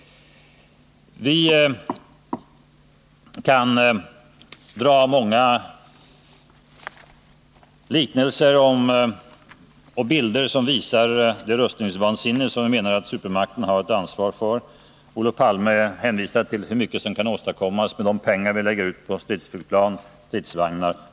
Vi kan framställa många liknelser och bilder som visar det rustningsvansinne som vi menar att supermakterna har ett ansvar för. Olof Palme hänvisade till hur mycket som kan åstadkommas med de pengar vi lägger ut på stridsflygplan och stridsvagnar.